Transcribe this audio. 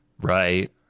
Right